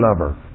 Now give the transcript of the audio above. lover